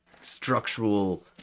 structural